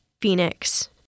Phoenix